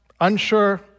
unsure